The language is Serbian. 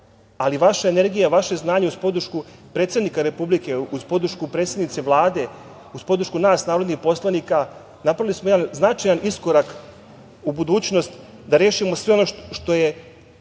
ali vaša energija, vaše znanje, uz podršku predsednika Republike, uz podršku predsednice Vlade, uz podršku nas narodnih poslanika, napravili smo jedan značajan iskorak u budućnost da rešimo sve ono što je